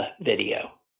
video